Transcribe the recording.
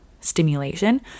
stimulation